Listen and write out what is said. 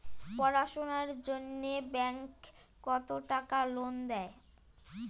পড়াশুনার জন্যে ব্যাংক কত টাকা লোন দেয়?